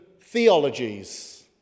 theologies